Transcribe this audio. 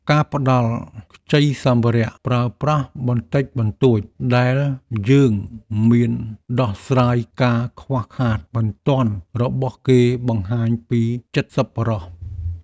ការផ្តល់ខ្ចីសម្ភារៈប្រើប្រាស់បន្តិចបន្តួចដែលយើងមានដោះស្រាយការខ្វះខាតបន្ទាន់របស់គេបង្ហាញពីចិត្តសប្បុរស។